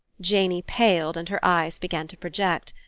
janey paled and her eyes began to project.